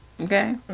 Okay